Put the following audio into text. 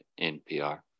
NPR